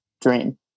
dream